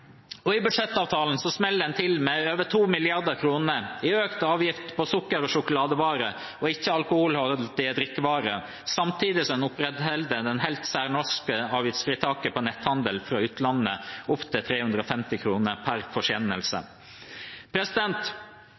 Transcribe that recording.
næringen. I budsjettavtalen smeller en til med over 2 mrd. kr i økt avgift på sukker- og sjokoladevarer og ikke-alkoholholdige drikkevarer, samtidig som en opprettholder det helt særnorske avgiftsfritaket på netthandel fra utlandet, opptil 350 kr per forsendelse.